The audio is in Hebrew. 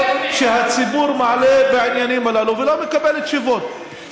שהציבור מעלה בעניינים הללו ולא מקבל תשובות,